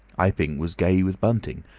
iping was gay with bunting,